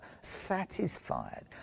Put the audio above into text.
satisfied